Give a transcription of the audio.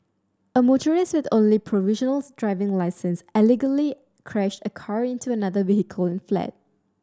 a motorist with only a provisional driving licence allegedly crashed a car into another vehicle and fled